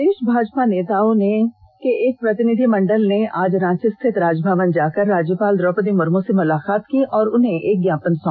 प्रदेष भाजपा नेताओं के एक प्रतिनिधिमंडल ने आज रांची रिथित राजभवन जाकर राज्यपाल द्रौपदी मुर्म से मुलाकात की और उन्हें एक ज्ञापन सौंपा